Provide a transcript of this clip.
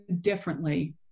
differently